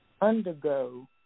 undergo